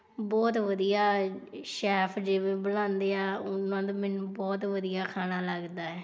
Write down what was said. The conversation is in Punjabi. ਬਹੁਤ ਵਧੀਆ ਸ਼ੈਫ ਜਿਵੇਂ ਬਣਾਉਂਦੇ ਆ ਉਨ੍ਹਾਂ ਦਾ ਮੈਨੂੰ ਬਹੁਤ ਵਧੀਆ ਖਾਣਾ ਲੱਗਦਾ ਹੈ